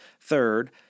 Third